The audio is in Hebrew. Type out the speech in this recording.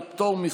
בסדר.